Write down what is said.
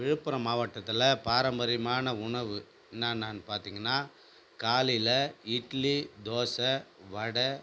விழுப்புரம் மாவட்டத்தில் பாரம்பரியமான உணவு என்ன என்னென்னு பார்த்தீங்கன்னா காலையில் இட்லி தோசை வடை